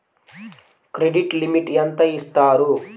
Credit limit ఎంత ఇస్తారు?